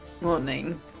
Morning